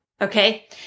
okay